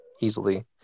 easily